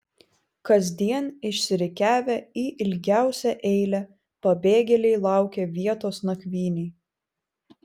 kasdien išsirikiavę į ilgiausią eilę pabėgėliai laukia vietos nakvynei